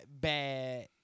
bad